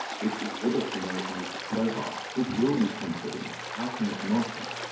which exhibits a nice and metric profile, it will be contrarian. how can it not be?